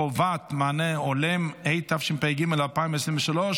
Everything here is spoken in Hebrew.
חובת מענה הולם), התשפ"ג 2023,